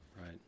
Right